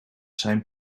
zijn